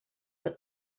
but